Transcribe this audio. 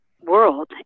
world